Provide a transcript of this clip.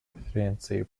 конференции